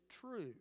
true